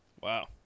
wow